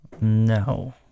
no